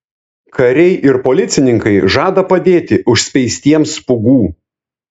kariai ir policininkai žada padėti užspeistiems pūgų